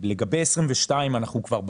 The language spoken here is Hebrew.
לגבי 2022 אנחנו כבר בקצה,